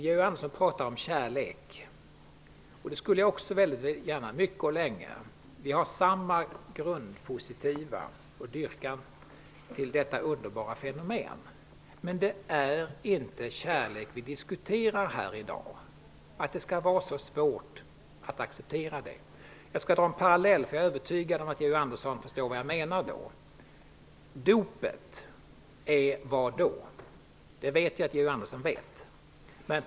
Georg Andersson talar om kärlek. Det skulle jag också gärna vilja göra, mycket och länge. Vi har samma grundpositiva dyrkan till detta underbara fenomen. Men det är inte kärlek som vi i dag diskuterar. Att det skall vara så svårt att acceptera det! Låt mig dra en parallell. Jag är nämligen övertygad om att Georg Andersson då förstår vad jag menar. Vad är dopet? Georg Andersson vet det.